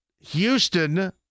Houston